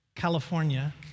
California